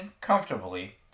comfortably